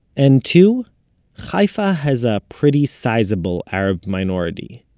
and two haifa has a pretty sizable arab minority,